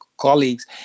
colleagues